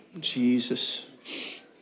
Jesus